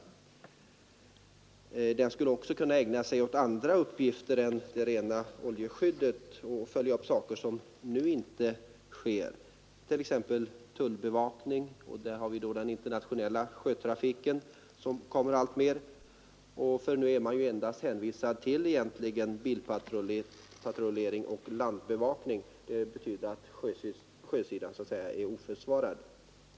Den skulle också kunna ägna sig åt andra uppgifter än det rena oljeskyddet och följa upp saker som nu inte sker, t.ex. tullbevakning den internationella sjötrafiken kommer alltmer är man nu är hänvisad till bilpatruller och landbevakning, medan sjösidan är så att säga oförsvarad.